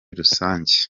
rusange